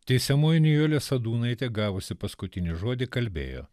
teisiamoji nijolė sadūnaitė gavusi paskutinį žodį kalbėjo